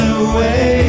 away